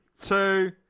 two